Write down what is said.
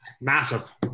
massive